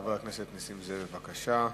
חבר הכנסת נסים זאב, בבקשה.